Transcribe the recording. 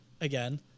again